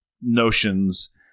notions